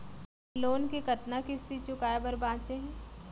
Loan के कतना किस्ती चुकाए बर बांचे हे?